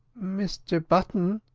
mr button?